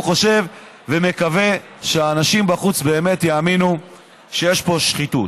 הוא חושב ומקווה שהאנשים בחוץ באמת יאמינו שיש פה שחיתות.